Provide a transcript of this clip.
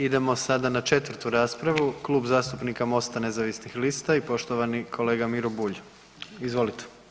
Idemo sada na 4. raspravu Klub zastupnika MOST-a nezavisnih lista i poštovani kolega Miro Bulj, izvolite.